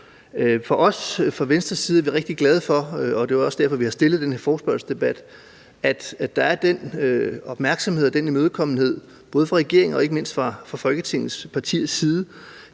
så. Vi i Venstre er rigtig glade for, og det er også derfor, vi har stillet den her forespørgsel, at der er den opmærksomhed og den imødekommenhed både fra regeringens og ikke mindst fra Folketingets